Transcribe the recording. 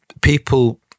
people